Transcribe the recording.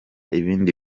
ibindi